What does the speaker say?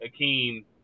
Akeem